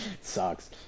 sucks